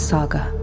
Saga